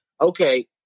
okay